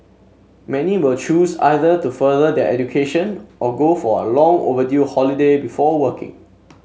many will choose either to further their education or go for a long overdue holiday before working